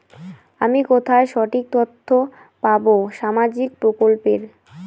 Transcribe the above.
আমি কোথায় সঠিক তথ্য পাবো সামাজিক প্রকল্পের?